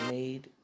made